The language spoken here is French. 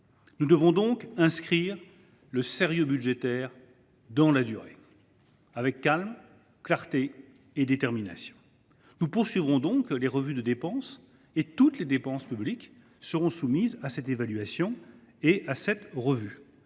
Nous devons inscrire le sérieux budgétaire dans la durée, avec calme, clarté et détermination. Nous poursuivrons donc les revues de dépenses. Toutes les dépenses publiques seront soumises à évaluation. Nous commencerons